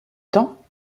temps